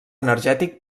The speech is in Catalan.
energètic